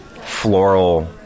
floral